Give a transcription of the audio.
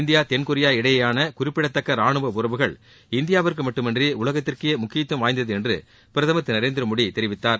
India தென்கொரியா இடையேயான குறிப்பிடத்தக்க ராணுவ உறவுகள் இந்தியாவிற்கு மட்டுமின்றி உலகத்திற்கே முக்கியத்துவம் வாய்ந்தது என்று பிரதமர் திரு நரேந்திர மோடி தெரிவித்தார்